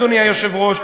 אדוני היושב-ראש,